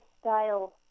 style